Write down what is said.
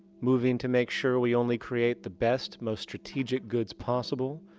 moving to make sure we only create the best, most strategic goods possible,